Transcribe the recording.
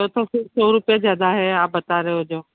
तो तो फिर सौ रूपये ज़्यादा है आप बता रहे हो जो